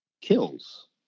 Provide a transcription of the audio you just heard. kills